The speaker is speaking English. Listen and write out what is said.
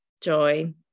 joy